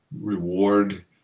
reward